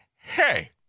hey